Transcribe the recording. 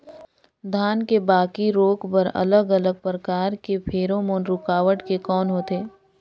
धान के बाकी रोग बर अलग अलग प्रकार के फेरोमोन रूकावट के कौन होथे?